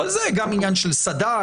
אבל זה גם עניין של סד"כ,